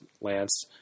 Lance